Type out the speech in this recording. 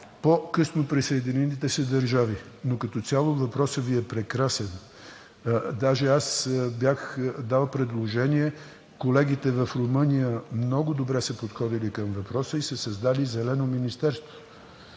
по-късно присъединилите се държави. Като цяло въпросът Ви е прекрасен. Даже аз бях дал предложение, колегите в Румъния много добре са подходили към въпроса и са създали зелено министерство.